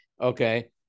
Okay